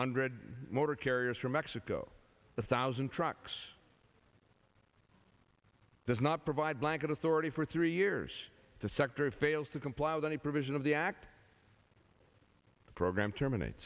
hundred motor carriers for mexico a thousand trucks does not provide blanket authority for three years the secretary fails to comply with any provision of the act the program terminate